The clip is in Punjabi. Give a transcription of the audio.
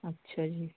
ਅੱਛਿਆ ਜੀ